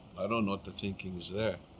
i don't know what the thinking is there.